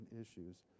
issues